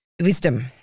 wisdom